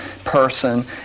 Person